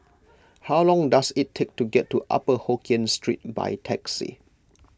how long does it take to get to Upper Hokkien Street by taxi